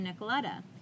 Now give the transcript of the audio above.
Nicoletta